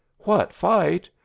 what fight?